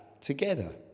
together